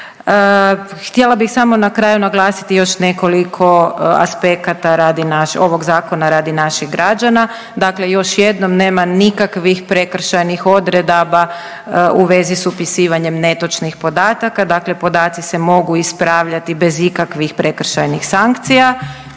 Htjela bih samo na kraju naglasiti još nekoliko aspekata radi naše… ovog zakona radi naših građana. Dakle, još jednom nema nikakvih prekršajnih odredaba u vezi s upisivanjem netočnih podataka, dakle podaci se mogu ispravljati bez ikakvih prekršajnih sankcija.